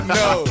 no